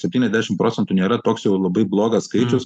septyniasdešimt procentų nėra toks jau labai blogas skaičius